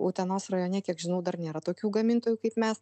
utenos rajone kiek žinau dar nėra tokių gamintojų kaip mes